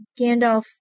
Gandalf